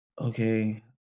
okay